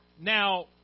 now